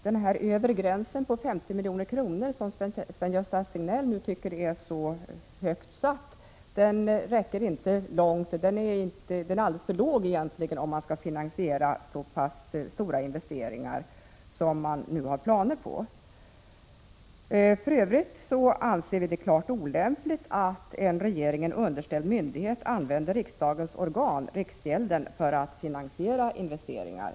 Den övre gränsen på 50 milj.kr., som Sven-Gösta Signell tycker är så högt satt, räcker inte långt. Den är alldeles för låg, om luftfartsverket skall finansiera så pass stora investeringar som nu planeras. För övrigt anser vi att det är klart olämpligt att en regeringen underställd myndighet använder riksdagens organ, riksgälden, för att finansiera investeringar.